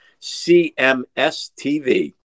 CMS-TV